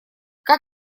как